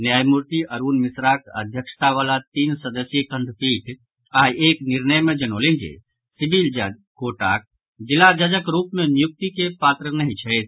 न्यायमूर्ति अरूण मिश्राक अध्यक्षता वाला तीन सदस्यीय खंडपीठ आइ एक निर्णय मे जनौलनि जे सिविल जज कोटाक जिला जजक रूप मे नियुक्ति के पात्र नहि छथि